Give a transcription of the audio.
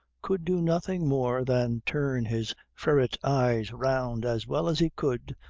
could do nothing more than turn his ferret eyes round as well as he could,